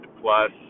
plus